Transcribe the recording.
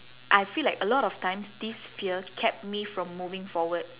I feel like a lot of times this fear kept me from moving forward